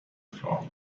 floor